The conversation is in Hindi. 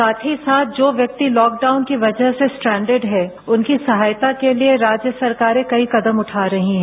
साथ ही साथ जो व्यक्ति लॉकडाउन के वजह से स्ट्रैन्डेड है उनकी सहायता के लिये राज्य सरकारें कई कदम उठा रही हैं